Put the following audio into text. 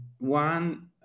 One